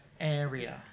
area